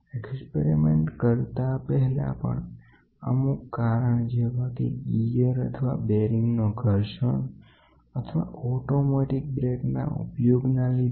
પ્રયોગ કરતા પહેલા પણ અમુક કારણ જેવા કે ગિયર અથવા બેરિંગ નો ઘર્ષણ અથવા ઓટોમેટીક બ્રેક ના ઉપયોગના લીધે